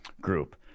group